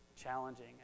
challenging